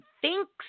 Thinks